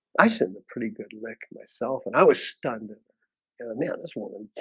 i send the pretty good lick myself and i was stunned and and man this woman.